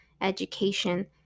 education